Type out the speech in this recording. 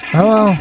Hello